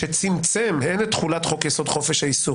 שצמצם הן את תכולת חוק-יסוד: חופש העיסוק,